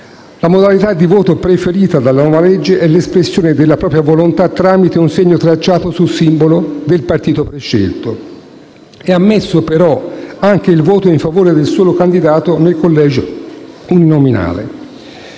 La modalità di voto "preferita" dalla nuova legge è l'espressione della propria volontà tramite un segno tracciato sul simbolo del partito prescelto. È ammesso però anche il voto in favore del solo candidato nel collegio uninominale.